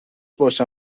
باشن